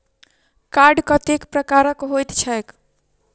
Card कतेक प्रकारक होइत छैक?